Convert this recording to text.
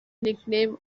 nickname